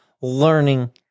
learning